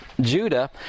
Judah